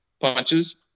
punches